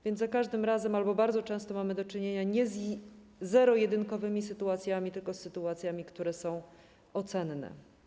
Więc za każdym razem albo bardzo często mamy do czynienia nie z zerojedynkowymi sytuacjami, tylko z sytuacjami, które są ocenne.